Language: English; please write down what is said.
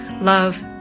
Love